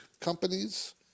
Companies